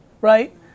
right